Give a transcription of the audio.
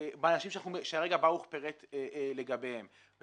באנשים שברוך פירט לגביהם כרגע.